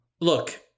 Look